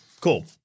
Cool